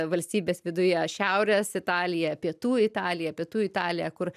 valstybes viduje šiaurės italija pietų italija pietų italija kur